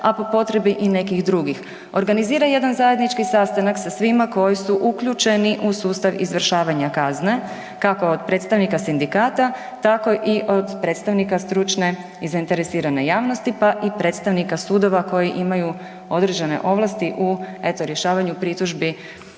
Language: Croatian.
a po potrebi i nekih drugih, organizira jedan zajednički sastanak sa svima koji su uključeni u sustav izvršavanja kazne kako od predstavnika sindikata tako i od predstavnika stručne i zainteresirane javnosti, pa i predstavnika sudova koji imaju određene ovlasti u eto rješavanju pritužbi